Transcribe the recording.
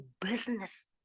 business